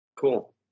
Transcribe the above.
Cool